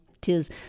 Tis